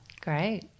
great